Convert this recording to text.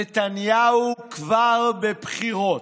נתניהו כבר בבחירות.